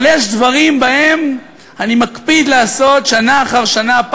אבל יש דברים שאני מקפיד לעשות שנה אחר שנה,